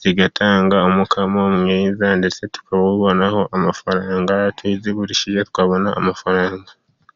zigatanga umukamo mwiza, ndetse tukawubonaho amafaranga. Tuzigurishije twabona amafaranga.